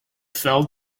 fell